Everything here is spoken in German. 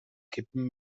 kippen